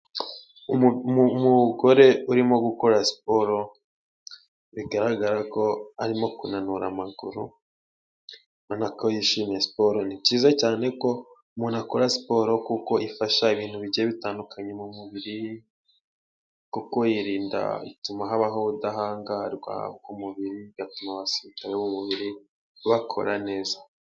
Umugore urimo gukora siporo, bigaragara ko arimo kunanura amaguru, ubona ko yishimiye siporo, ni byiza cyane ko umuntu akora siporo kuko ifasha ibintu bigiye bitandukanye mu mubiri, kuko ituma habaho ubudahangarwa bw'umubiri, bigatuma abasirikare b'umubiri bakora neza.